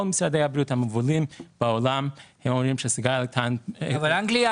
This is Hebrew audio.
כל משרדי הבריאות בעולם שאומרים --- אבל לא אנגליה.